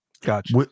Gotcha